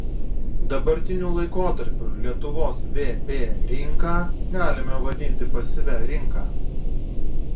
dabartiniu laikotarpiu lietuvos vp rinką galime vadinti pasyvia rinka